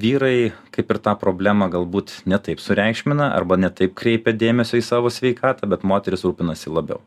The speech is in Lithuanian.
vyrai kaip ir tą problemą galbūt ne taip sureikšmina arba ne taip kreipia dėmesio į savo sveikatą bet moterys rūpinasi labiau